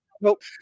Nope